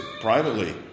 privately